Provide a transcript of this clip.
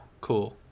cool